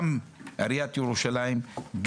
גם עיריית ירושלים,